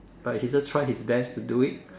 but he just try his best to do it